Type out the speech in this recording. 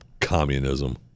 communism